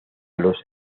los